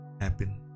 happen